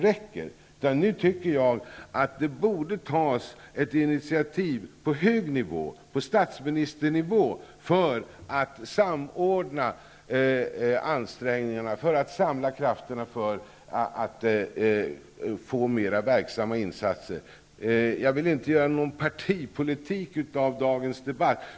Jag tycker att det nu borde tas initiativ på hög nivå, på statsministernivå. Det gäller att samordna ansträngningarna för att samla krafterna, så att insatserna blir verksammare. Jag vill inte göra partipolitik av dagens debatt.